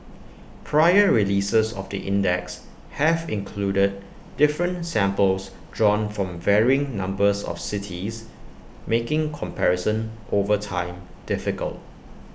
prior releases of the index have included different samples drawn from varying numbers of cities making comparison over time difficult